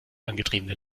angetriebene